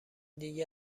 دیگه